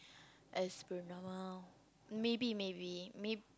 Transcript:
as per normal maybe maybe may